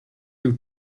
you